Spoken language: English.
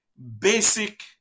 basic